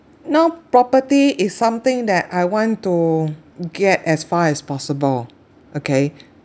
you know property is something that I want to get as far as possible okay